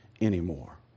anymore